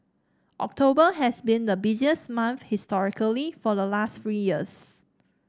October has been the busiest month historically for the last three years